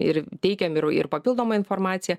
ir teikėm ir ir papildomą informaciją